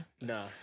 no